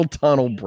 tunnel